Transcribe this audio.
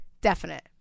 Definite